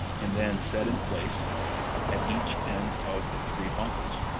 and then set in place at each end of the three bunkers.